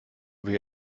wir